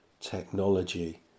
technology